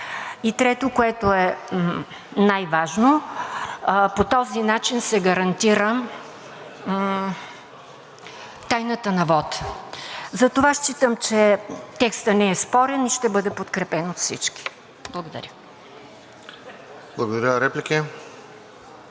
И трето, което е най-важно, по този начин се гарантира тайната на вота. Затова считам, че текстът не е спорен, и ще бъде подкрепен от всички. Благодаря. ПРЕДСЕДАТЕЛ РОСЕН